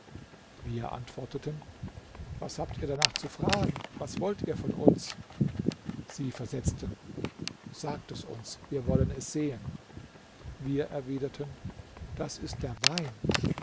wir antworteten was habt ihr danach zu fragen was wollt ihr von uns sie versetzten sagt es uns wir wollen es sehen wir erwiderten das ist der wein